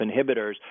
inhibitors